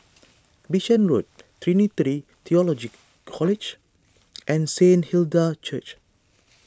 Bishan Road Trinity theological College and Saint Hilda's Church